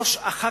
ראש אח"ק,